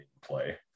play